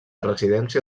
residència